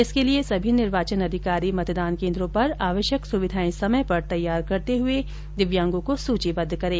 इसके लिए सभी निर्वाचन अधिकारी मतदान केन्द्रों पर आवश्यक सुविधाए समय पर तैयार करते हुए दिव्यांगों को सूचीबद्व करें